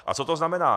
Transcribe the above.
A co to znamená?